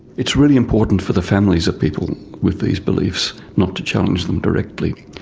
it's really important for the families of people with these beliefs not to challenge them directly.